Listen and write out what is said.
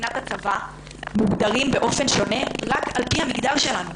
מבחינת הצבא מוגדרים באופן שונה רק על פי המגדר שלנו.